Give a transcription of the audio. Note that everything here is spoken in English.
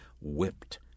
whipped